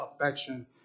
affection